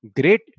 great